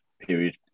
period